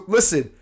Listen